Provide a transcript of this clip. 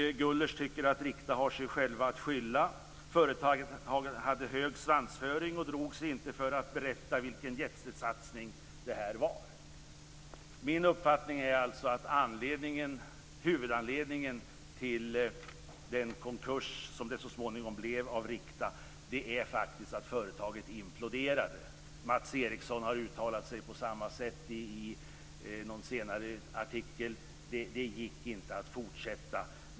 Gullers tycker att Rikta har sig själva att skylla. Företaget hade hög svansföring och drog sig inte för att berätta vilken jättesatsning det här var. Min uppfattning är alltså att huvudanledningen till den konkurs som det så småningom blev för Rikta faktiskt är att företaget imploderade. Mats Eriksson har uttalat sig på samma sätt i någon senare artikel. Det gick inte att fortsätta.